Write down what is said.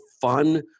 fun